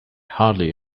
hardly